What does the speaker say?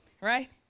right